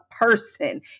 person